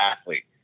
athlete